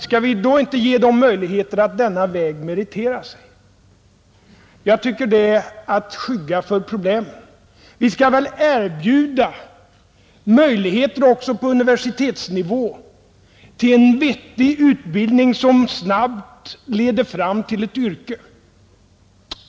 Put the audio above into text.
Skall vi då inte ge dem möjligheter att denna väg meritera sig? Jag tycker det är att skygga för problemen, Vi skall väl erbjuda möjligheter också på universitetsnivå till en vettig utbildning, som snabbt leder fram till ett yrke!